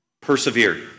Persevere